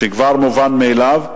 שכבר מובן מאליו,